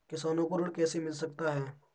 किसानों को ऋण कैसे मिल सकता है?